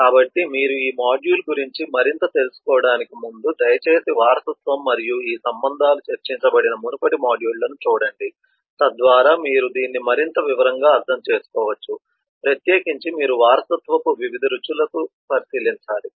కాబట్టి మీరు ఈ మాడ్యూల్ గురించి మరింత తెలుసుకోవడానికి ముందు దయచేసి వారసత్వం మరియు ఈ సంబంధాలు చర్చించబడిన మునుపటి మాడ్యూళ్ళను చూడండి తద్వారా మీరు దీన్ని మరింత వివరంగా అర్థం చేసుకోవచ్చు ప్రత్యేకించి మీరు వారసత్వపు వివిధ రకాలను పరిశీలించాలి